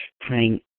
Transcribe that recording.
praying